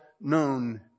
known